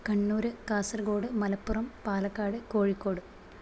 Kannur Kasaragod Malappuram Palakkad Kozhikode